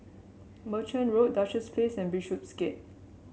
Merchant Road Duchess Place and Bishopsgate